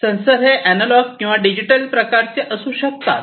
sensor हे analog किंवा digital प्रकारचे असू शकतात